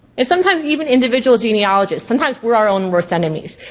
and sometimes even individual genealogists, sometimes we're our own worst enemies.